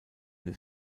des